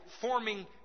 forming